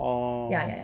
oh